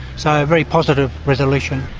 so very positive resolution.